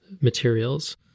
materials